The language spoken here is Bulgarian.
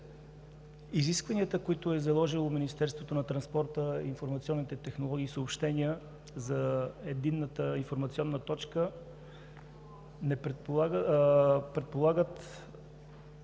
Изискванията, които е заложило Министерството на транспорта, информационните технологии и съобщенията за Единната информационна точка, предполагат